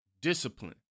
discipline